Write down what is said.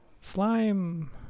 Slime